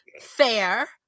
fair